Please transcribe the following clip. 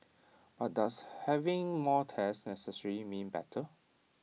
but does having more tests necessarily mean better